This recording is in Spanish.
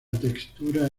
textura